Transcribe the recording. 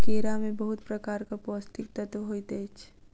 केरा में बहुत प्रकारक पौष्टिक तत्व होइत अछि